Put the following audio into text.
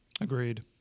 Agreed